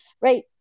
right